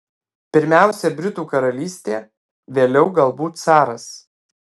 pirmiausia britų karalystė vėliau galbūt caras